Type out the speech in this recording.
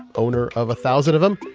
owner of a thousand of them,